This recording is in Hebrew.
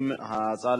מטעה,